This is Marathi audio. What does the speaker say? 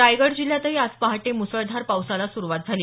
रायगड जिल्ह्यातही आज पहाटे मुसळधार पावसाला सुरुवात झाली